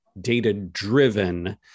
data-driven